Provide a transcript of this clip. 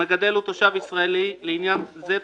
המגדל הוא תושב ישראלי, לעניין זה "תושב"